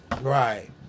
right